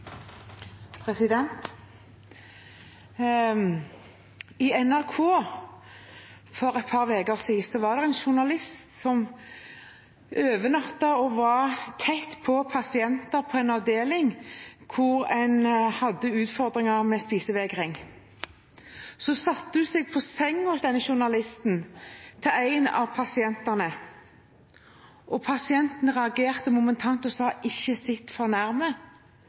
I NRK for et par uker siden var det en journalist som overnattet og var tett på pasienter på en avdeling hvor de hadde utfordringer med spisevegring. Denne journalisten satte seg på sengen til en av pasientene, og pasienten reagerte momentant og sa: Ikke sitt